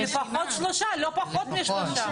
לפחות שלושה, לא פחות משלושה.